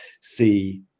see